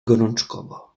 gorączkowo